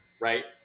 right